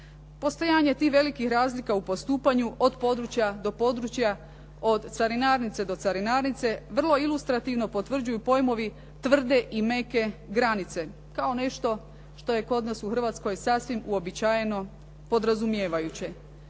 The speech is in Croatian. Postojanje tih velikih razlika u postupanju od područja do područja, od carinarnice do carinarnice vrlo ilustrativno potvrđuju pojmovi tvrde i meke granice kao nešto što je kod nas u Hrvatskoj sasvim uobičajeno podrazumijevajuće.